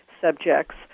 subjects